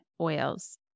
oils